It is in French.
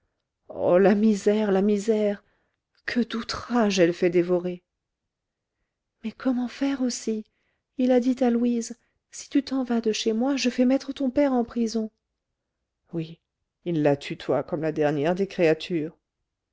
oh la misère la misère que d'outrages elle fait dévorer mais comment faire aussi il a dit à louise si tu t'en vas de chez moi je fais mettre ton père en prison oui il la tutoie comme la dernière des créatures